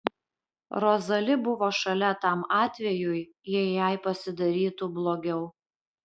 rozali buvo šalia tam atvejui jei jai pasidarytų blogiau